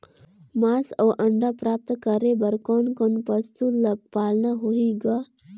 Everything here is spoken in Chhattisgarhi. मांस अउ अंडा प्राप्त करे बर कोन कोन पशु ल पालना होही ग?